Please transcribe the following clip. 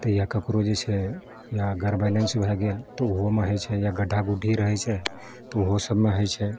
तऽ ककरो जे छै या अगर बैलेन्स भए गेल तऽ ओहोमे हइ छै या गड्ढा गुड्ढी रहै छै तऽ ओहो सबमे होइछै